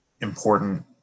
important